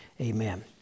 Amen